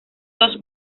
dos